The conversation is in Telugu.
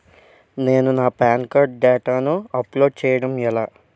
నేను నా పాన్ కార్డ్ డేటాను అప్లోడ్ చేయడం ఎలా?